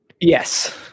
Yes